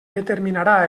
determinarà